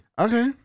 Okay